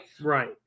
Right